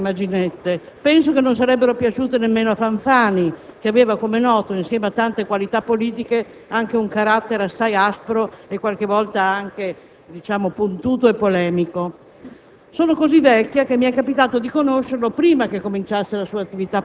A noi de la Sinistra-l'Arcobaleno non piacciono però le icone e le immaginette e penso che non sarebbero piaciute nemmeno a Fanfani, che aveva, come noto, insieme a tante qualità politiche, anche un carattere assai aspro e, qualche volta, puntuto e polemico.